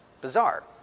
bizarre